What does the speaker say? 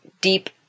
deep